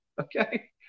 okay